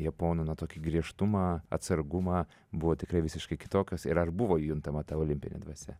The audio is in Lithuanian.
japonų na tokį griežtumą atsargumą buvo tikrai visiškai kitokios ir ar buvo juntama ta olimpinė dvasia